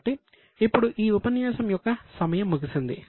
కాబట్టి ఇప్పుడు ఈ ఉపన్యాసం యొక్క సమయం ముగిసింది